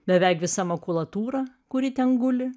beveik visa makulatūra kuri ten guli